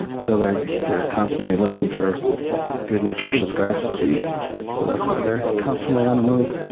and so they're they're constantly looking for good nutritious grasses to eat, so that's why they're constantly on the move.